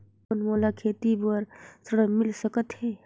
कौन मोला खेती बर ऋण मिल सकत है?